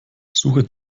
suche